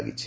ଲାଗିଛି